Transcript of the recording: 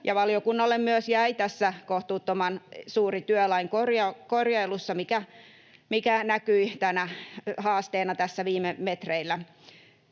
valiokunnalle myös jäi tässä kohtuuttoman suuri työ lain korjailuun, mikä näkyi tänä haasteena tässä viime metreillä.